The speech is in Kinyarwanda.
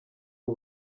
ubu